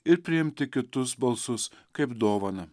ir priimti kitus balsus kaip dovaną